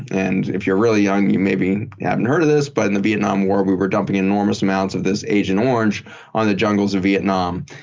and if you're really young, you maybe haven't heard of this but in the vietnam war, we were dumping enormous amounts of this agent orange on the jungles of vietnam.